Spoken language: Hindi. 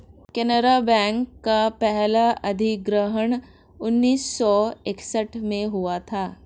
केनरा बैंक का पहला अधिग्रहण उन्नीस सौ इकसठ में हुआ था